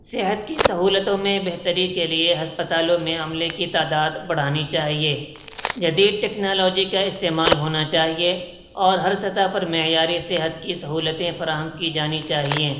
صحت کی سہولتوں میں بہتری کے لیے ہسپتالوں میں عملے کی تعداد بڑھانی چاہیے جدید ٹیکنالوجی کا استعمال ہونا چاہیے اور ہر سطح پر معیاری صحت کی سہولتیں فراہم کی جانی چاہیے